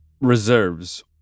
reserves